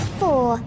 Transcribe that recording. four